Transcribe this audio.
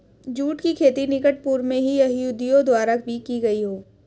जुट की खेती निकट पूर्व में यहूदियों द्वारा भी की गई हो